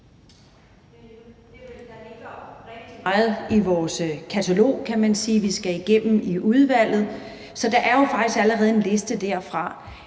... rigtig meget i vores katalog, kan man sige, vi skal igennem i udvalget, så der er jo faktisk allerede en liste derfra.